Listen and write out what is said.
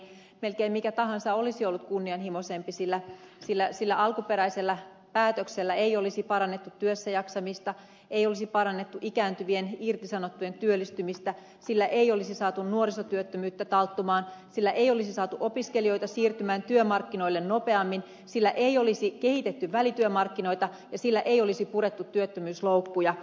melkein mikä tahansa olisi ollut kunnianhimoisempi sillä sillä alkuperäisellä päätöksellä ei olisi parannettu työssä jaksamista ei olisi parannettu ikääntyvien irtisanottujen työllistymistä sillä ei olisi saatu nuorisotyöttömyyttä talttumaan sillä ei olisi saatu opiskelijoita siirtymään työmarkkinoille nopeammin sillä ei olisi kehitetty välityömarkkinoita ja sillä ei olisi purettu työttömyysloukkuja